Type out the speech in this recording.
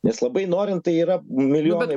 nes labai norint tai yra milijonai